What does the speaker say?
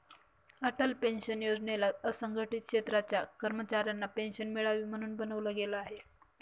Atal pension योजनेला असंघटित क्षेत्राच्या कर्मचाऱ्यांना पेन्शन मिळावी, म्हणून बनवलं गेलं आहे